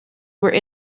were